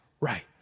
right